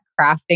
crafting